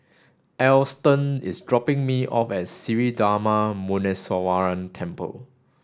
Alston is dropping me off at Sri Darma Muneeswaran Temple